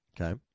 Okay